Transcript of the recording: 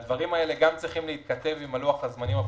הדברים האלה צריכים להתכתב גם עם לוח הזמנים הפוליטי.